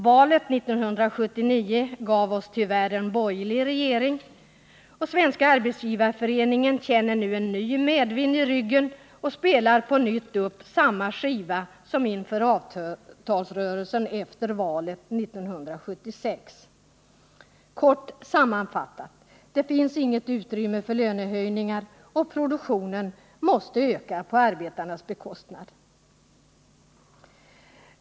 Valet 1979 gav oss tyvärr en borgerlig regering, och Svenska arbetsgivareföreningen känner nu en medvind i ryggen och spelar på nytt upp samma skiva som inför avtalsrörelsen efter valet 1976. Kort sammanfattat: Det finns inget utrymme för lönehöjningar, och produktionen måste öka på arbetarnas bekostnad.